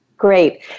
Great